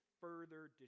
further